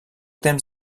temps